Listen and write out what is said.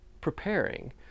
preparing